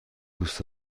دوست